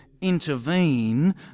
intervene